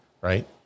right